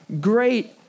great